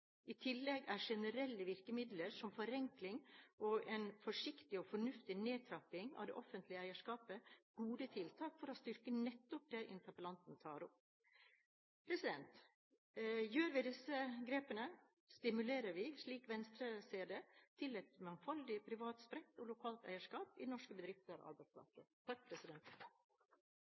forsiktig og fornuftig nedtrapping av det offentlige eierskapet gode tiltak for å styrke nettopp det interpellanten tar opp. Gjør vi disse grepene, stimulerer vi – slik Venstre ser det – til et mangfoldig, privat, spredt og lokalt eierskap i norske bedrifter og arbeidsplasser.